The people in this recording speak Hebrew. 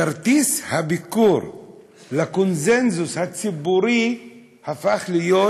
כרטיס הביקור לקונסנזוס הציבורי הפך להיות